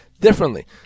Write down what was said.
differently